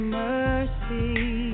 mercy